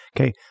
Okay